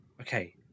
okay